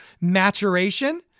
maturation